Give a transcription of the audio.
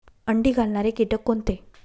अंडी घालणारे किटक कोणते?